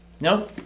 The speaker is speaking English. No